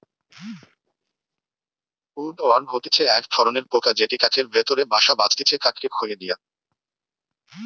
would worm হতিছে এক ধরণের পোকা যেটি কাঠের ভেতরে বাসা বাঁধটিছে কাঠকে খইয়ে দিয়া